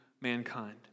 mankind